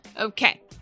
Okay